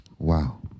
Wow